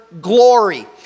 glory